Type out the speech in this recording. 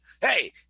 Hey